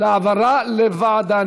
העברה לוועדה.